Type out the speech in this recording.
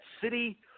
city